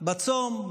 בצום,